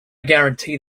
guarantee